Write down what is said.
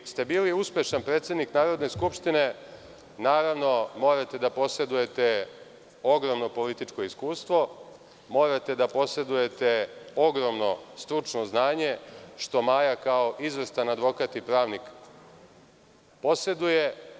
Da bi ste bili uspešan predsednik Narodne skupštine morate da posedujete ogromno političko iskustvo, morate da posedujete ogromno stručno znanje, što Maja kao izvrstan advokat i pravnik poseduje.